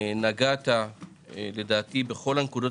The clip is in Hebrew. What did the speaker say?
נגעת לדעתי בכל הנקודות